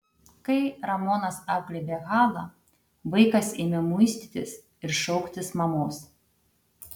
kai ramonas apglėbė halą vaikas ėmė muistytis ir šauktis mamos